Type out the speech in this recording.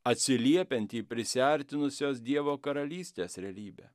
atsiliepiant į prisiartinusios dievo karalystės realybę